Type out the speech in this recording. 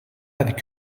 avec